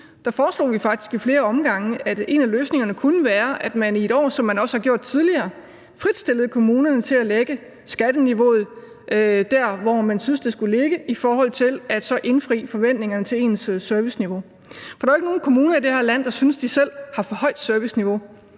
vi faktisk i flere omgange, at en af løsningerne kunne være, at man i et år, som man også har gjort tidligere, fritstillede kommunerne til at lægge skatteniveauet der, hvor man syntes det skulle ligge i forhold til at indfri forventningerne til ens serviceniveau. For der er jo ikke nogen kommuner i det her land, der synes, de selv har et for højt serviceniveau,